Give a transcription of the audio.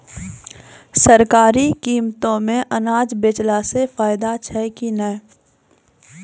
सरकारी कीमतों मे अनाज बेचला से फायदा छै कि नैय?